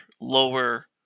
lower